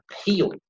appeal